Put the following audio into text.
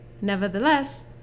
Nevertheless